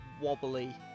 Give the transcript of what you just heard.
wobbly